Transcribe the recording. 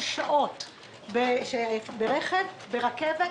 נסיעות שלוקחות שעות ברכב לוקחות